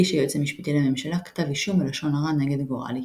הגיש היועץ המשפטי לממשלה כתב אישום על לשון הרע נגד גורלי.